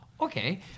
okay